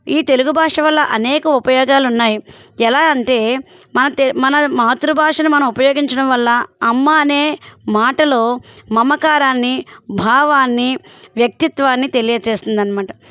ఈ తెలుగు భాష వల్ల అనేక ఉపయోగాలు ఉన్నాయి ఎలా అంటే మన తే మన మాతృభాషను మనం ఉపయోగించడం వల్ల అమ్మ అనే మాటలో మమకారాన్ని భావాన్ని వ్యక్తిత్వాన్ని తెలియజేస్తుంది అనమాట